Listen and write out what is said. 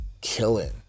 killing